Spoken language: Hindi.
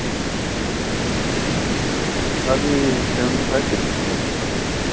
अभी सेवेंटी फाइव